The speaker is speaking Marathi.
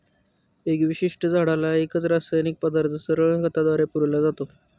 एका विशिष्ट झाडाला एकच रासायनिक पदार्थ सरळ खताद्वारे पुरविला जातो